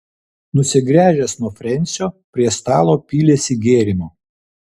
nusigręžęs nuo frensio prie stalo pylėsi gėrimo